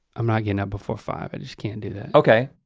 i'm not getting up before five, i just can't do that. okay,